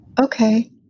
Okay